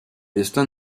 destin